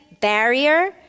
barrier